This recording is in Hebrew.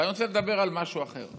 אבל אני רוצה לדבר על משהו אחר.